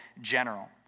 general